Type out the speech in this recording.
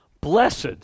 Blessed